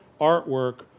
artwork